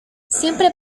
siempre